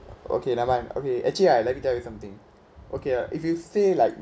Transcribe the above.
okay never mind okay actually right let me tell you something okay ah if you feel like